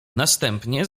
następnie